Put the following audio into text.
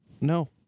no